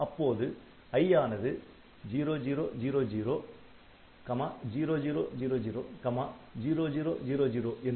அப்போது i ஆனது 0000 0000 0000